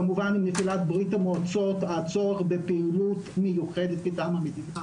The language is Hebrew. כמובן עם נפילת ברית המועצות הצורך בפעילות מיוחדת מטעם המדינה